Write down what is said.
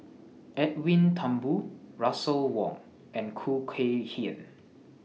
Edwin Thumboo Russel Wong and Khoo Kay Hian